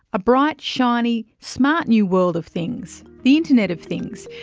a bright, shiny, smart new world of things, the internet of things,